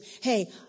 hey